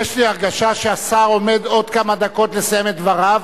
יש לי הרגשה שהשר עומד עוד כמה דקות לסיים את דבריו,